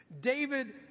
David